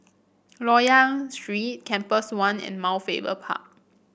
Loyang Street Compass One and Mount Faber Park